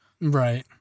Right